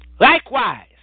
Likewise